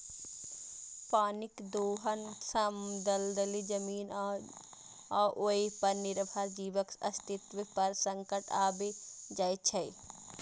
पानिक दोहन सं दलदली जमीन आ ओय पर निर्भर जीवक अस्तित्व पर संकट आबि जाइ छै